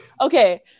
okay